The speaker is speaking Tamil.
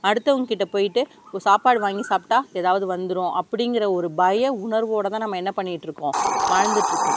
அடுத்தவங்கக்கிட்ட போயிட்டு சாப்பாடு வாங்கி சாப்பிட்டால் எதாவது வந்துடும் அப்படிங்குற ஒரு பய உணர்வோடு தான் நம்ம என்ன பண்ணிக்கிட்டிருக்கோம் வாழ்ந்துட்டுருக்கோம்